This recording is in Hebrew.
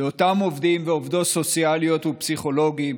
לאותם עובדים ועובדות סוציאליות ופסיכולוגים,